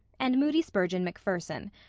and moody spurgeon macpherson.